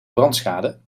brandschade